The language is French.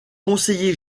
conseiller